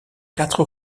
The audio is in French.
quatre